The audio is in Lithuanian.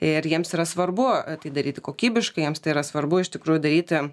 ir jiems yra svarbu tai daryti kokybiškai jiems tai yra svarbu iš tikrųjų daryti